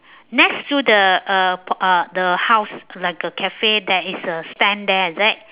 next to the uh uh the house like a cafe there is a stand there is it